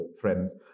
friends